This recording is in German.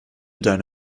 deine